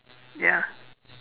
ya